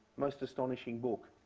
most astonishing book.